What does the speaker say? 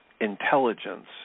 intelligence